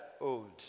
old